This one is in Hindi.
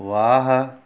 वाह